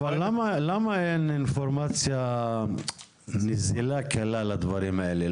אבל למה אין אינפורמציה נזילה, קלה לדברים האלה?